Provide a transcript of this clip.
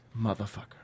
Motherfucker